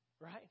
right